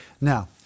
Now